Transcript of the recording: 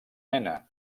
nena